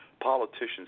Politicians